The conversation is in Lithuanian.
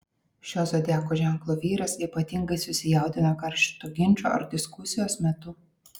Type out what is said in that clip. šio zodiako ženklo vyras ypatingai susijaudina karšto ginčo ar diskusijos metu